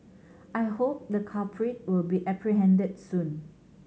I hope the culprit will be apprehended soon